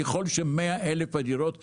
ככל ש-100,000 הדירות יעלו,